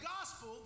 gospel